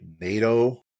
NATO